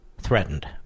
threatened